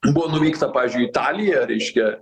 buvo nuvykta pavyzdžiui į italiją reiškia